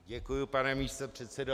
Děkuji, pane místopředsedo.